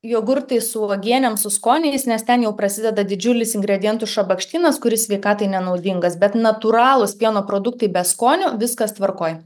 jogurtui su uogienėm su skoniais nes ten jau prasideda didžiulis ingredientų šabakštynas kuris sveikatai nenaudingas bet natūralūs pieno produktai be skonio viskas tvarkoj